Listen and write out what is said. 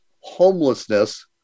homelessness